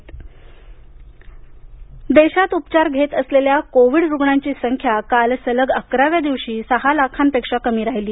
Covid राष्टीय देशात उपचार घेत असलेल्या कोविड रुग्णांची संख्या काल सलग अकराव्या दिवशी सहा लाखांपेक्षा कमी राहिली